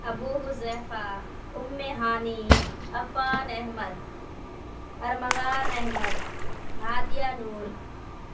Abu Huzaifa Umm Hani Affan Ahmed Armaghan Ahmed Hadiya Noor